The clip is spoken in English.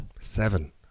Seven